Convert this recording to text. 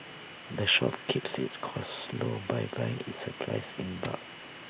the shop keeps its costs low by buying its supplies in bulk